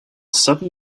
sudden